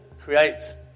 creates